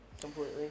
completely